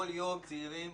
וכל יום צעירים